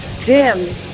Jim